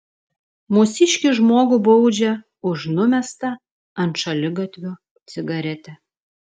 mūsiškį žmogų baudžia už numestą ant šaligatvio cigaretę